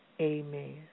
Amen